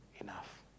enough